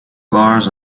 bars